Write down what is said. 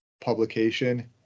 publication